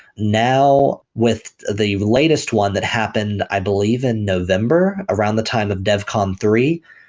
now, with the latest one that happened, i believe in november around the time of devcon three,